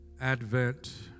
Advent